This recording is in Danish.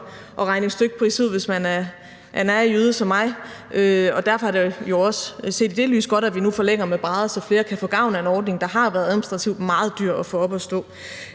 at regne en stykpris ud, hvis man er en nærig jyde som mig. Kl. 18:19 Derfor er det jo også set i det lys godt, at vi nu forlænger med brædder, så flere kan få gavn af en ordning, der administrativt har været meget dyr at få op at stå.